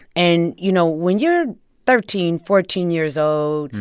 and, you know, when you're thirteen, fourteen years old,